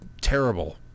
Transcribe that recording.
terrible